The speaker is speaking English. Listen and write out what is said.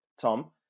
Tom